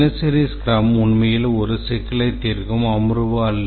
தினசரி ஸ்க்ரம் உண்மையில் ஒரு சிக்கலைத் தீர்க்கும் அமர்வு அல்ல